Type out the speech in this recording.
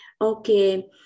Okay